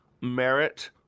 merit